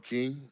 King